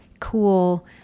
cool